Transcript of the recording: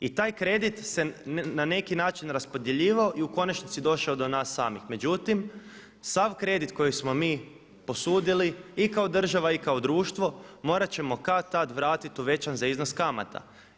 I taj kredit se na neki način raspodjeljivao i u konačnici došao do nas samih, međutim sav kredit koji smo mi posudili i kao država i kao društvo morat ćemo kad-tad vratiti uvećan za iznos kamata.